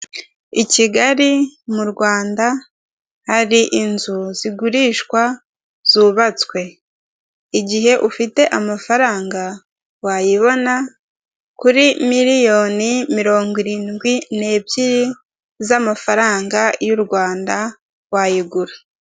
I Kigali mu Rwanda hari inzu zigurishwa zubatswe. Igihe ufite amafaranga wayibona kuri miliyoni mirongo irindwi n'ebyiri z'amafaranga y'u Rwanda, wayigura.